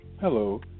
Hello